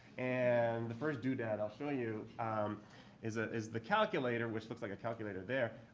and the first doodad i'll show you is ah is the calculator, which looks like a calculator there.